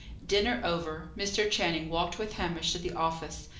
dinner over, mr. channing walked with hamish to the office.